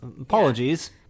Apologies